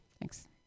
thanks